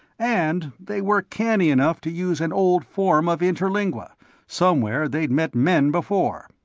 and they were canny enough to use an old form of interlingua somewhere they'd met men before.